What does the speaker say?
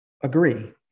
agree